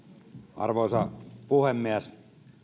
arvoisa puhemies